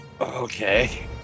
Okay